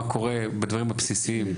מה קורה בדברים הבסיסיים.